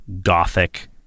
Gothic